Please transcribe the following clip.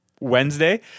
Wednesday